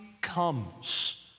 comes